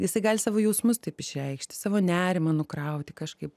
jisai gali savo jausmus taip išreikšti savo nerimą nukrauti kažkaip